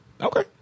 Okay